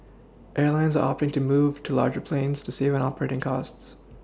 Airlines are opting to move to larger planes to save an operating costs